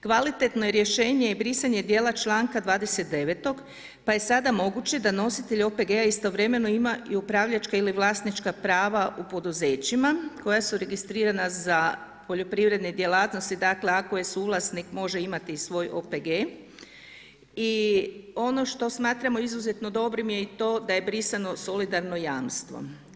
Kvalitetno rješenje je brisanje dijela čl. 29. pa je sada moguće da nositelj OPG-a istovremeno ima i upravljačka ili vlasnička prava u poduzećima koja su registrirana za poljoprivredne djelatnosti, dakle ako je suvlasnik, može imati i svoj OPG i ono što smatramo izuzetno dobrim je i to da je brisano solidarno jamstvo.